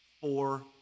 Four